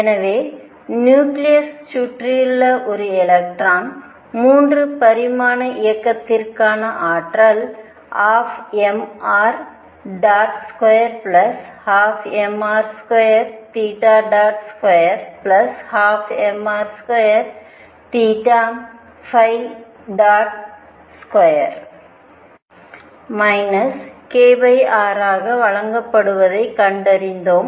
எனவே நியூக்ளியஸ் சுற்றியுள்ள ஒரு எலக்ட்ரானின் 3 பரிமாண இயக்கத்திற்கான ஆற்றல் 12mr212mr2212mr22 kr ஆக வழங்கப்படுவதைக் கண்டறிந்தோம்